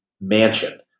mansion